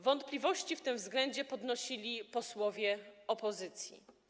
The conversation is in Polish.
Wątpliwości w tym względzie podnosili posłowie opozycji.